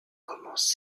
commence